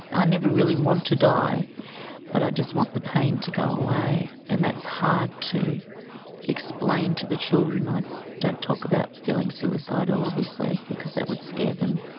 and i never really wanted to die but i just want the pain to go away, and that's hard to explain to the children. i don't talk about feeling suicidal obviously because that would scare them.